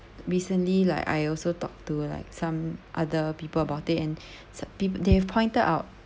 recently like I also talk to like some other people about it and they they've pointed out